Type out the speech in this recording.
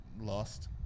Lost